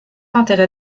enterrée